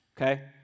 okay